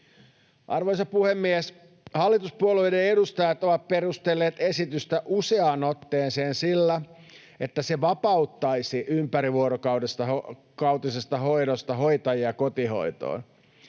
Arvoisa puhemies! Hallituspuolueiden edustajat ovat perustelleet esitystä useaan otteeseen sillä, että se vapauttaisi ympärivuorokautisesta hoidosta hoitajia kotihoitoon.